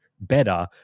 better